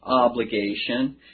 obligation